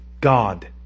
God